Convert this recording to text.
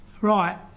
right